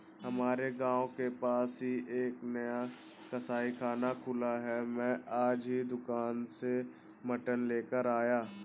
हमारे गांव के पास ही एक नया कसाईखाना खुला है मैं आज ही दुकान से मटन लेकर आया